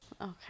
okay